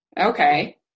Okay